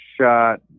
Shot